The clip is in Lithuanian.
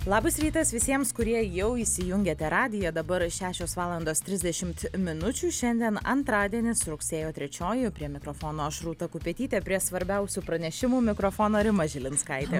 labas rytas visiems kurie jau įsijungėte radiją dabar šešios valandos trisdešimt minučių šiandien antradienis rugsėjo trečioji o prie mikrofono aš rūta kupetytė prie svarbiausių pranešimų mikrofono rima žilinskaitė